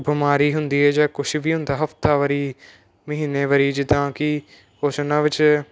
ਬਿਮਾਰੀ ਹੁੰਦੀ ਹੈ ਜਾਂ ਕੁਛ ਵੀ ਹੁੰਦਾ ਹਫਤਾਵਾਰੀ ਮਹੀਨੇਵਾਰੀ ਜਿੱਦਾਂ ਕਿ ਕੁਛ ਉਹਨਾਂ ਵਿੱਚ